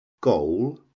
goal